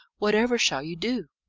whatever shall you do?